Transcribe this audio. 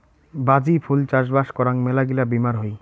বাজি ফুল চাষবাস করাং মেলাগিলা বীমার হই